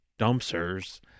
dumpsters